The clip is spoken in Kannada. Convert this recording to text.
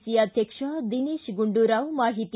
ಸಿ ಅಧ್ಯಕ್ಷ ದಿನೇಶ ಗುಂಡುರಾವ್ ಮಾಹಿತಿ